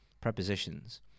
prepositions